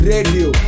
Radio